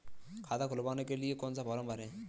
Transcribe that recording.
खाता खुलवाने के लिए कौन सा फॉर्म भरें?